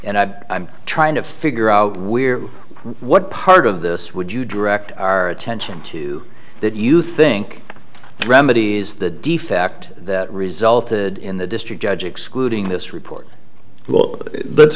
and i i'm trying to figure out where what part of this would you direct our attention to that you think remedies the defect that resulted in the district judge excluding this report